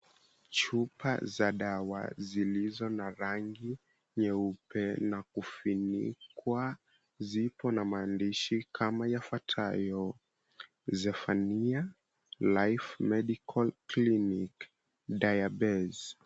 Chupa za dawa zilizo na rangi nyeupe na kufunikwa ziko na maandishi kama yafuatayo, Zephania Life Medical Clinic, Diabeze.